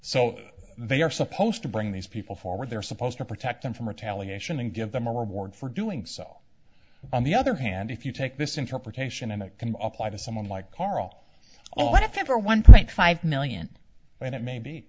so they are supposed to bring these people forward they're supposed to protect them from retaliation and give them a reward for doing so on the other hand if you take this interpretation and it can apply to someone like coral all that's ever one point five million and it may be